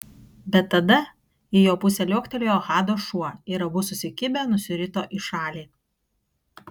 bet tada į jo pusę liuoktelėjo hado šuo ir abu susikibę nusirito į šalį